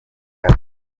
ate